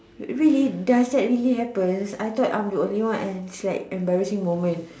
really does that really happens I thought I'm the only one and it's like embarrassing moments